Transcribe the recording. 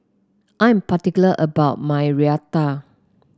I'm particular about my Raita